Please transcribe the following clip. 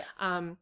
Yes